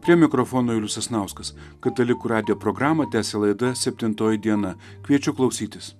prie mikrofono julius sasnauskas katalikų radijo programą tęsia laida septintoji diena kviečiu klausytis